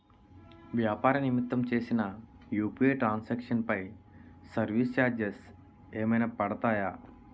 వ్యాపార నిమిత్తం చేసిన యు.పి.ఐ ట్రాన్ సాంక్షన్ పై సర్వీస్ చార్జెస్ ఏమైనా పడతాయా?